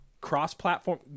cross-platform